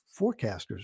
forecasters